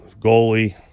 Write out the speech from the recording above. goalie